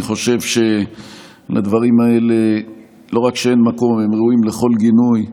אני חושב שלדברים האלה לא רק שאין מקום אלא הם ראויים לכל גינוי.